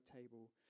table